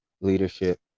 leadership